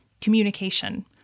communication